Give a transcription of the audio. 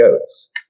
goats